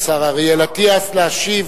השר אריאל אטיאס, להשיב